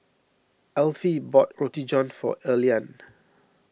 Alfie bought Roti John for Earlean